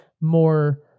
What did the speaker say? more